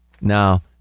Now